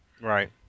Right